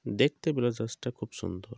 দেখতে ব্লেজারটা খুব সুন্দর